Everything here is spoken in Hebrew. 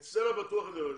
את סטלה בטוח אני לא אשמע.